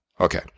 okay